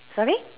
sorry